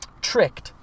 tricked